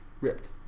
ripped